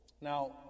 Now